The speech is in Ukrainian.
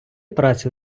працю